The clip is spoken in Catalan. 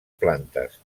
plantes